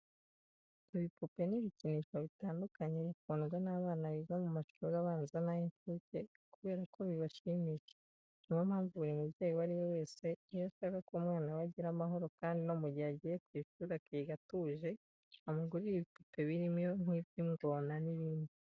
Ibipupe n'ibikinisho bitandukanye bikundwa n'abana biga mu mashuri abanza n'ay'incuke kubera ko bibashimisha. Ni yo mpamvu buri mubyeyi uwo ari we wese iyo ashaka ko umwana we agira amahoro kandi no mu gihe agiye ku ishuri akiga atuje, amugurira ibipupe birimo nk'iby'ingona n'ibindi.